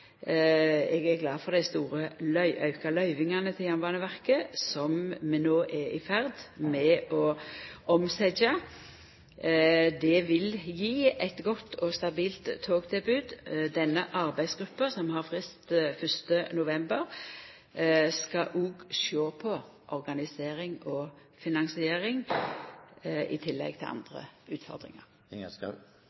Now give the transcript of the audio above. Eg er glad for dei auka løyvingane til Jernbaneverket som vi no er i ferd med å omsetja. Det vil gje eit godt og stabilt togtilbod. Denne arbeidsgruppa, som har frist 1. november, skal òg sjå på organisering og finansiering i tillegg til